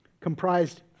comprised